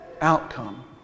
outcome